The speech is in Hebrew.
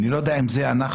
אני לא יודע אם זה בגללנו,